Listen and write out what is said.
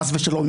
חס ושלום,